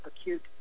acute